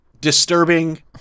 disturbing